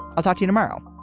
i'll talk to you tomorrow